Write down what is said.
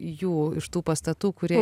jų iš tų pastatų kurie